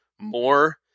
more